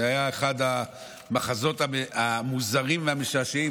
זה היה אחד המחזות המוזרים והמשעשעים.